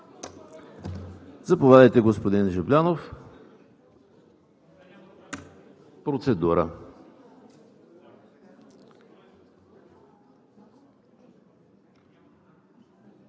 Заповядайте, господин Жаблянов – процедура.